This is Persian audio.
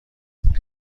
این